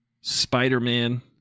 Spider-Man